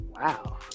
Wow